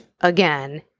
again